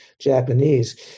japanese